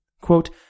Quote